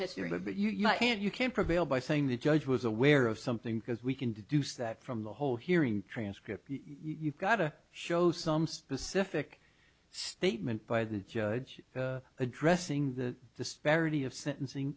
history but you can't you can prevail by saying the judge was aware of something because we can deduce that from the whole hearing transcript you've got to show some specific statement by the judge addressing the disparity of sentencing